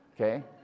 Okay